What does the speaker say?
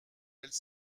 elles